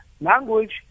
language